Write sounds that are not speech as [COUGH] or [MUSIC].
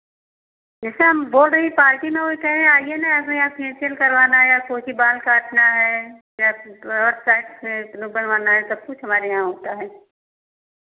जैसे हम बोल रहे पार्टी में हो चाहे आइए ना अभी यहाँ फे़शियल करवाना है या कौन सी बाल काटना है या [UNINTELLIGIBLE] बनवाना है सब कुछ हमारे यहाँ होता है